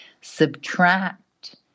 subtract